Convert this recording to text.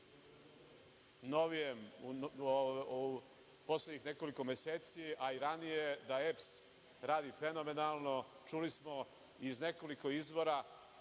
u poslednjih nekoliko meseci, a i ranije da EPS radi fenomenalno. Čuli smo iz nekoliko izvora,